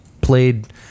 played